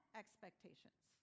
expectations